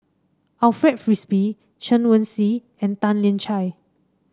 Alfred Frisby Chen Wen Hsi and Tan Lian Chye